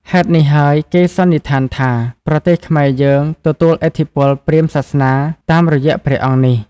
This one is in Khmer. ហេតុនេះហើយ គេសន្និដ្ឋានថា ប្រទេសខ្មែរយើងទទួលឥទ្ធិពលព្រាហ្មណ៍សាសនាតាមរយៈព្រះអង្គនេះ។